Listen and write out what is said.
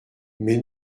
mais